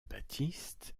baptiste